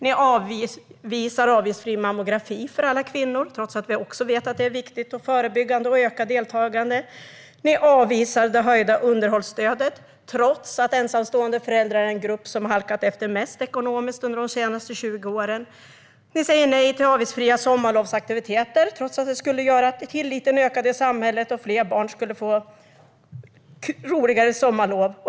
Ni avvisar avgiftsfri mammografi för alla kvinnor trots att vi vet att också det är viktigt och förebyggande och att det innebär ett ökat deltagande. Ni avvisar det höjda underhållsstödet trots att ensamstående föräldrar är den grupp som har halkat efter mest ekonomiskt under de senaste 20 åren. Ni säger nej till avgiftsfria sommarlovsaktiviteter trots att det skulle göra att tilliten ökade i samhället och att fler barn skulle få roligare sommarlov.